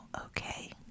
okay